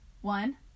one